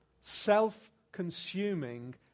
Self-consuming